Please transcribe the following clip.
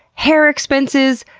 hair expenses,